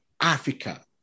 Africa